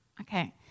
Okay